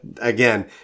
again